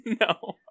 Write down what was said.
no